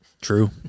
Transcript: True